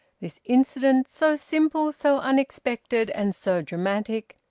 this incident, so simple, so unexpected, and so dramatic,